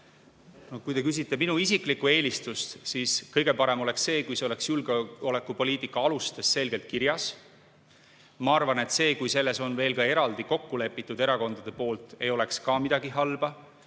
Kui te küsite minu isiklikku eelistust, siis kõige parem oleks see, kui see oleks julgeolekupoliitika alustes selgelt kirjas. Ma arvan, et selles, kui ka erakonnad on eraldi kokku leppinud, ei oleks ka midagi halba.